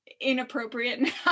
inappropriate